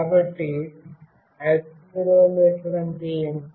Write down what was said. కాబట్టి యాక్సిలెరోమీటర్ అంటే ఏమిటి